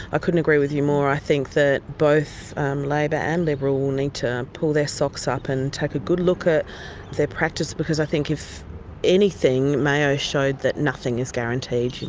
ah couldn't agree with you more. i think that both labor and liberal will need to pull their socks up and take a good look at their practice. because i think, if anything, mayo showed that nothing is guaranteed, you know?